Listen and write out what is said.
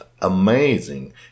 amazing